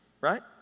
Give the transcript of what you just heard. right